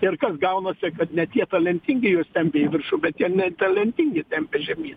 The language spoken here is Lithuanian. ir kas gaunasi kad ne tie talentingi juos tempia į viršų bet tie netalentingi tempia žemyn